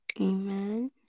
Amen